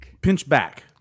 Pinchback